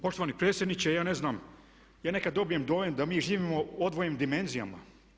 Poštovani predsjedniče ja ne znam, ja nekad dobijem dojam da mi živimo u odvojenim dimenzijama.